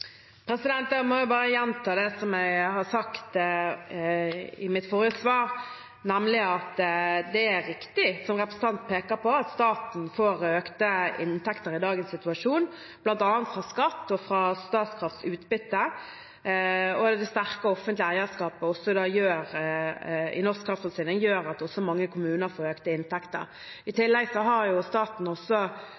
må jeg bare gjenta det som jeg sa i mitt forrige svar, nemlig at det er riktig som representanten peker på, at staten får økte inntekter i dagens situasjon, bl.a. fra skatt og fra Statkrafts utbytte. Det sterke offentlige eierskapet i norsk kraftforsyning gjør at også mange kommuner får økte inntekter. I